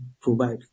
provide